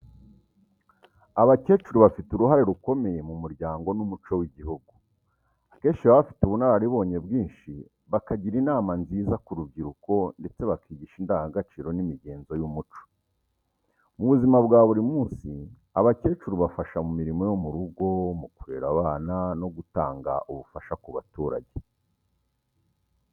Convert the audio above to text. Abakecuru bafite uruhare rukomeye mu muryango n’umuco w’igihugu. Akenshi baba bafite ubunararibonye bwinshi, bakagira inama nziza ku rubyiruko ndetse bakigisha indangagaciro n’imigenzo y’umuco. Mu buzima bwa buri munsi, abakecuru bafasha mu mirimo yo mu rugo, mu kurera abana no gutanga ubufasha ku baturage.